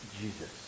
Jesus